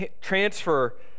transfer